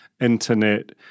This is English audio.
internet